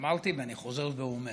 אמרתי ואני חוזר ואומר